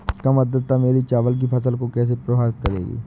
कम आर्द्रता मेरी चावल की फसल को कैसे प्रभावित करेगी?